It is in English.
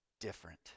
different